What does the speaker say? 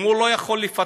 אם הוא לא יכול לפצות,